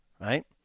right